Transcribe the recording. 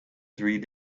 three